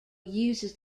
uses